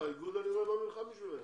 אני רק אומר שהאיגוד לא נלחם עבורם.